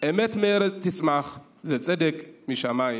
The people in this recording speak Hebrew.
"אמת מארץ תצמח וצדק משמים נשקף".